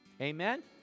Amen